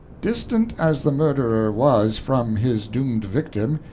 distant as the murderer was from his doomed victim,